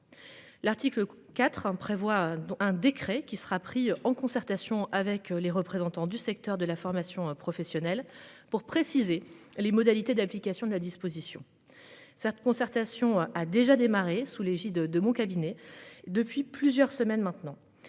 L'article 4 1 prévoit un décret qui sera pris en concertation avec les représentants du secteur de la formation professionnelle pour préciser les modalités d'application de la disposition. Cette concertation a déjà démarré sous l'égide de mon cabinet depuis plusieurs semaines maintenant.